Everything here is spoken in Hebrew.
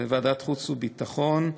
וועדת החוץ והביטחון,